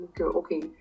okay